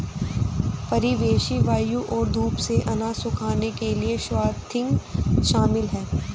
परिवेशी वायु और धूप से अनाज सुखाने के लिए स्वाथिंग शामिल है